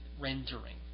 rendering